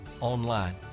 online